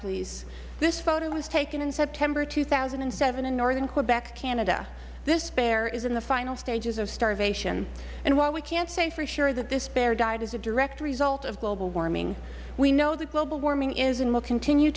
please this photo was taken in september two thousand and seven in northern quebec canada this bear is in the final stages of starvation and while we can't say for sure that this bear died as a direct result of global warming we know that global warming is and will continue